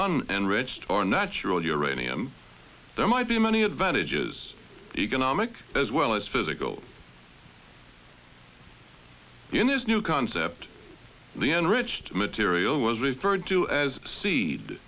un enriched or natural uranium there might be many advantages economic as well as physical in this new concept the enriched material was referred